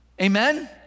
Amen